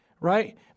right